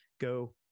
go